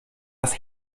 das